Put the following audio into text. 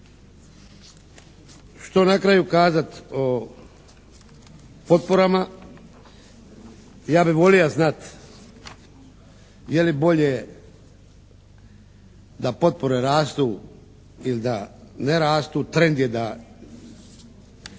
Što na kraju kazati o potporama? Ja bih volia znati je li bolje da potpore rastu ili da ne rasti. Trend je da